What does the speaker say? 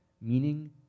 meaning